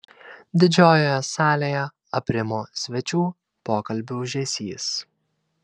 didžiojoje salėje aprimo svečių pokalbių ūžesys